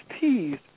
teased